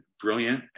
brilliant